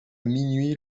minuit